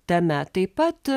tame taip pat